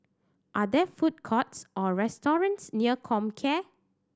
are there food courts or restaurants near Comcare